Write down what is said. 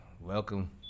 welcome